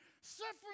suffering